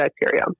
bacteria